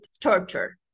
torture